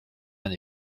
bien